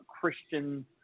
Christian